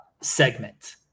segment